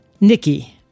Nikki